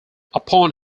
upon